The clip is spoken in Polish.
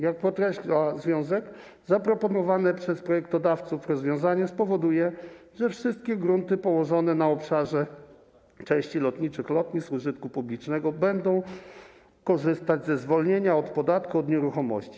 Jak podkreśla związek, zaproponowane przez projektodawców rozwiązanie spowoduje, że wszystkie grunty położone na obszarze części lotniczych lotnisk użytku publicznego będą korzystać ze zwolnienia od podatku od nieruchomości.